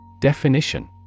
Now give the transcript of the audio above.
Definition